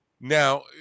Now